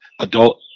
Adult